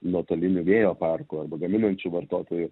nuotolinių vėjo parkų arba gaminančių vartotojų